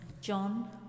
John